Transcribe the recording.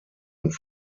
und